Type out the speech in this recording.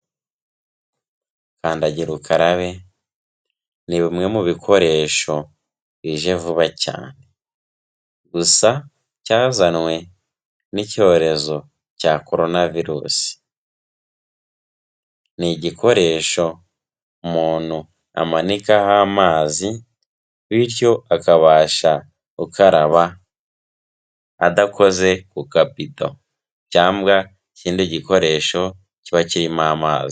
Kandagira ukarabe, ni bimwe mu bikoresho bije vuba cyane gusa cyazanwe n'icyorezo cya koronavirusi. Ni igikoresho umuntu amanikaho amazi, bityo akabasha gukaraba adakoze ku kabido cyangwa ikindi gikoresho kiba kirimo amazi.